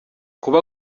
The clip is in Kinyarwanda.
kuba